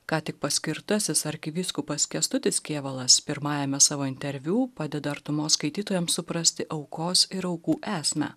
ką tik paskirtasis arkivyskupas kęstutis kėvalas pirmajame savo interviu padeda artumos skaitytojams suprasti aukos ir aukų esmę